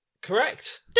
correct